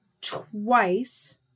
twice